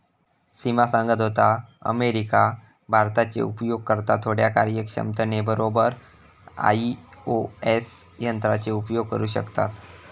सिमा सांगत होता, अमेरिका, भारताचे उपयोगकर्ता थोड्या कार्यक्षमते बरोबर आई.ओ.एस यंत्राचो उपयोग करू शकतत